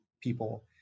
people